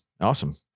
awesome